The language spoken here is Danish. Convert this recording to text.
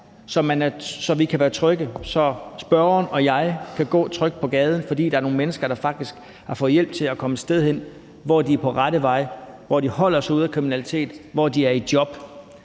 så vi kan være trygge – så spørgeren og jeg kan gå trygt på gaden, fordi der er nogle mennesker, der faktisk har fået hjælp til at komme et sted hen, hvor de er på rette vej, og hvor de holder sig ude af kriminalitet og er i job.